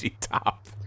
Top